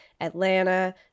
Atlanta